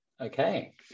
Okay